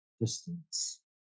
distance